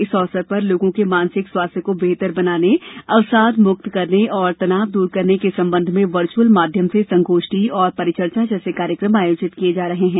इस अवसर पर लोगों के मानसिक स्वास्थ्य को बेहतर बनाने अवसादमुक्त करने और तनाव दूर करने के संबंध में वर्चुअल माध्यम से संगोष्ठी और परिचर्चा जैसे कार्यक्रम आयोजित किये जा रहे हैं